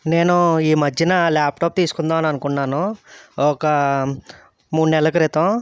నేను ఈ మధ్యన ల్యాప్టాప్ తీసుకుందామని అనుకున్నాను ఒకా మూడు నెలల క్రితం